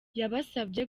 yabasabye